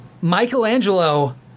Michelangelo